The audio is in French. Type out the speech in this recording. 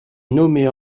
nommée